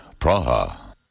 Praha